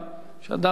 אדם צריך,